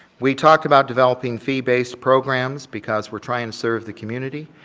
we talked about developing fee-based programs because we're trying to serve the community.